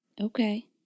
Okay